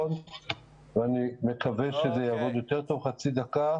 אני מצטער שאני קוטע אותך, אם אפשר משפט לסיום